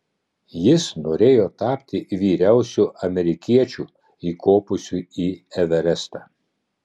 jis norėjo tapti vyriausiu amerikiečiu įkopusių į everestą